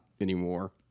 anymore